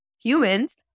Humans